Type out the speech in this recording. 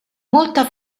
molta